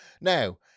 Now